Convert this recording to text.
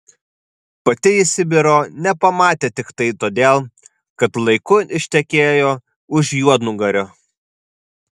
pati ji sibiro nepamatė tiktai todėl kad laiku ištekėjo už juodnugario